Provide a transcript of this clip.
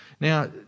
Now